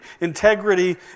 Integrity